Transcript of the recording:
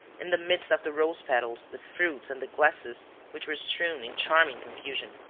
in the midst of the rose petals, the fruits and the glasses which were strewn in charming confusion.